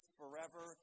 forever